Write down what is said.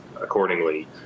accordingly